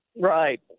Right